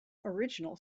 original